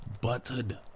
buttered